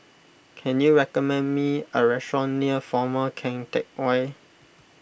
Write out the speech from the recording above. can you recommend me a restaurant near former Keng Teck Whay